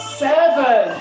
seven